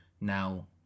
now